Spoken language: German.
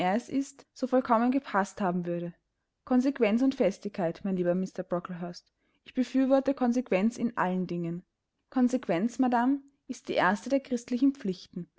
ist so vollkommen gepaßt haben würde konsequenz und festigkeit mein lieber mr brocklehurst ich befürworte konsequenz in allen dingen konsequenz madame ist die erste der christlichen pflichten